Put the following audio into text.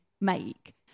make